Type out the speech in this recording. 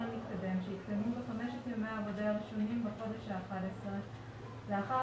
המתקדם שהתקיימו בחמשת ימי העבודה הראשונים בחודש ה-11 לאחר